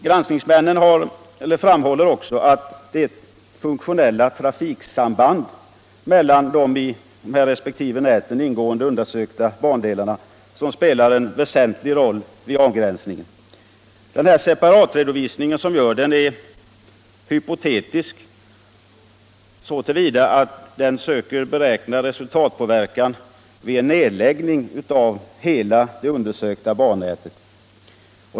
Granskningsmännen har också framhållit att det funktionella trafiksambandet mellan de i resp. nät ingående undersökta bandelarna spelar en väsentlig roll vid avgränsningen. Den separatredovisning som görs är hypotetisk så till vida att den söker beräkna resultatpåverkan vid en nedläggning av hela det undersökta bannätet.